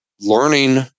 learning